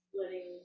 letting